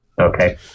Okay